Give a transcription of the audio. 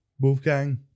Wolfgang